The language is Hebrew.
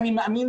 אני מאמין,